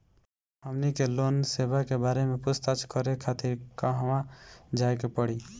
हमनी के लोन सेबा के बारे में पूछताछ करे खातिर कहवा जाए के पड़ी?